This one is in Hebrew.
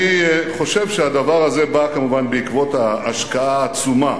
אני חושב שהדבר הזה בא כמובן בעקבות ההשקעה העצומה